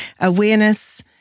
awareness